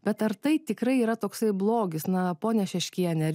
bet ar tai tikrai yra toksai blogis na pone šeškiene